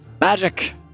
magic